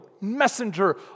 messenger